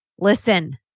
listen